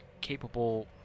capable